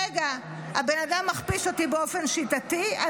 רגע, הבן אדם מכפיש אותי באופן שיטתי.